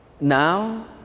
Now